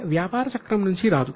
ఇది వ్యాపార చక్రం నుంచి రాదు